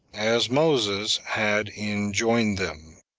as moses had enjoined them.